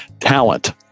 talent